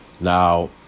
Now